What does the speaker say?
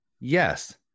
Yes